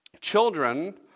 Children